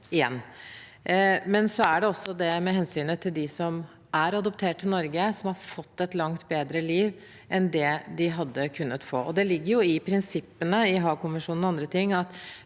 er det også hensynet til dem som er adoptert til Norge, og som har fått et langt bedre liv enn det de hadde kunnet få. Det ligger i prinsippene i Haagkonvensjonen og annet